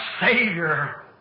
Savior